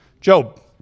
Job